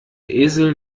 esel